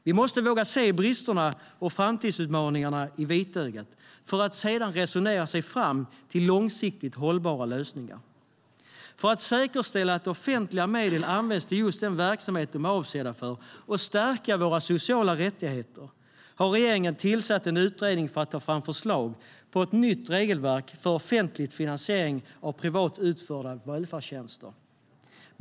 Vi måste våga se bristerna och framtidsutmaningarna i vitögat för att sedan resonera oss fram till långsiktigt hållbara lösningar. För att säkerställa att offentliga medel används till just den verksamhet som de är avsedda för och för att stärka våra sociala rättigheter har regeringen tillsatt en utredning för att ta fram förslag på ett nytt regelverk för offentlig finansiering av privat utförda välfärdstjänster.